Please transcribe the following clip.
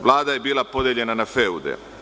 Vlada je bila podeljena na feude.